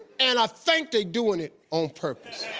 and i think they doin' it on purpose.